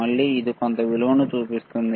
మళ్ళీ ఇది కొంత విలువను చూపిస్తుంది